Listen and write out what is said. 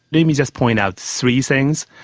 let me just point out three things.